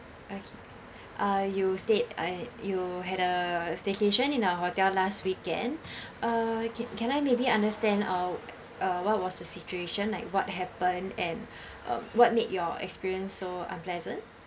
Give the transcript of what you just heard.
okay uh you stayed uh you had a staycation in our hotel last weekend uh can can I maybe understand uh uh what was the situation like what happen and um what made your experience so unpleasant